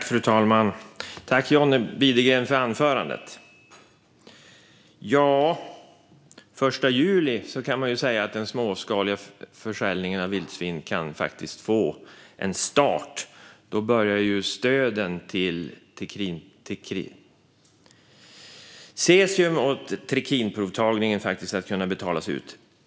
Fru talman! Tack, John Widegren, för anförandet! Man kan säga att den småskaliga försäljningen av vildsvin kan få en start den 1 juli - då kan stöden till cesium och trikinprovtagningen börja betalas ut.